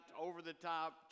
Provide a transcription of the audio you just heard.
over-the-top